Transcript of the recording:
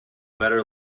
better